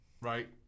right